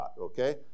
Okay